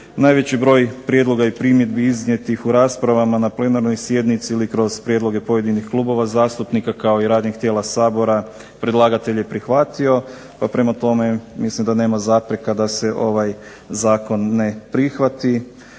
Najveći broj prijedloga i primjedbi iznijetih u raspravama na plenarnoj sjednici ili kroz prijedloge pojedinih klubova zastupnika kao i radnih tijela Sabora predlagatelj je prihvatio, pa prema tome mislim da nema zapreka da se ovaj Zakon ne prihvati.